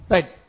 Right